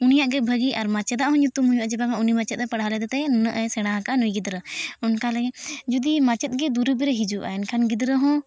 ᱩᱱᱤᱭᱟᱜ ᱜᱮ ᱵᱷᱟᱹᱜᱤ ᱟᱨ ᱢᱟᱪᱮᱫᱟᱜ ᱦᱚᱸ ᱧᱩᱛᱩᱢ ᱦᱩᱭᱩᱜᱼᱟ ᱡᱮ ᱵᱟᱝᱟ ᱩᱱᱤ ᱢᱟᱪᱮᱫ ᱮ ᱯᱟᱲᱦᱟᱣ ᱞᱮᱫᱮ ᱛᱮ ᱩᱱᱟᱹᱜ ᱥᱮᱬᱟ ᱠᱟᱜᱼᱟ ᱱᱩᱭ ᱜᱤᱫᱽᱨᱟᱹ ᱚᱱᱟᱜᱮ ᱡᱩᱫᱤ ᱢᱟᱪᱮᱫ ᱜᱮ ᱫᱩᱨᱤᱵᱮ ᱦᱤᱡᱩᱜᱼᱟ ᱮᱱᱠᱷᱟᱱ ᱜᱤᱫᱽᱨᱟᱹ ᱦᱚᱸ